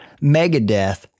Megadeth